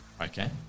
Okay